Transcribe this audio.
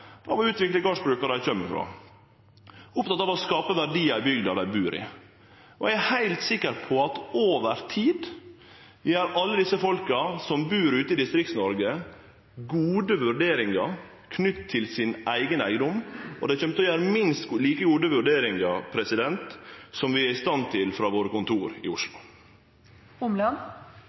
å utvikle gardsbruka dei kjem frå, opptekne av å skape verdiar i bygda dei bur i. Eg er heilt sikker på at over tid gjer alle dei folka som bur ute i Distrikts-Noreg, gode vurderingar knytte til sin eigen eigedom, og dei kjem til å gjere minst like gode vurderingar som dei vi er i stand til frå kontora våre i Oslo.